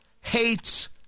hates